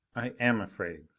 i am afraid!